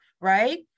Right